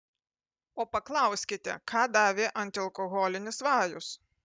o paklauskite ką davė antialkoholinis vajus